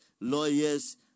lawyers